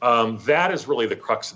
that is really the crux of